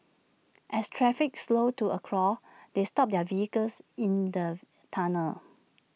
as traffic slowed to A crawl they stopped their vehicles in the tunnel